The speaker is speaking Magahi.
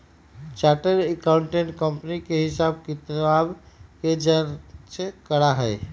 चार्टर्ड अकाउंटेंट कंपनी के हिसाब किताब के जाँच करा हई